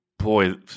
boy